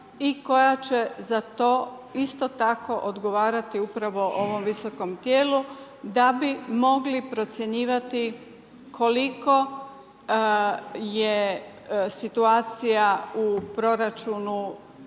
i koja će za to isto tako odgovarati upravo ovom visokom tijelu da bi mogli procjenjivati koliko je situaciju u proračunu